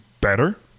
better